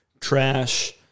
trash